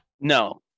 no